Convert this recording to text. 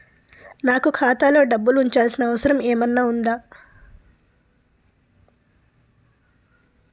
నాకు ఖాతాలో డబ్బులు ఉంచాల్సిన అవసరం ఏమన్నా ఉందా?